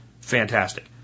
Fantastic